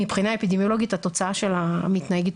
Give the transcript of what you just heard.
מבחינה אפידמיולוגית התוצאה שלה מתנהגת